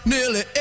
Nearly